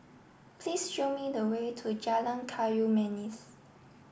please show me the way to Jalan Kayu Manis